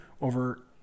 over